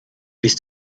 bist